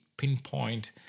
Pinpoint